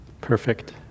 Perfect